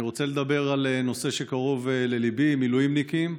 אני רוצה לדבר על נושא שקרוב לליבי, מילואימניקים.